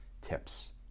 tips